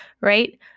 right